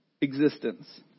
existence